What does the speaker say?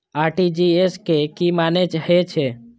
RTGS के की मानें हे छे?